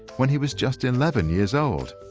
when he was just eleven years old.